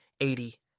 Eighty